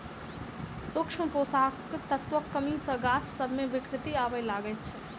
सूक्ष्म पोषक तत्वक कमी सॅ गाछ सभ मे विकृति आबय लागैत छै